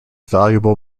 valuable